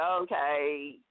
okay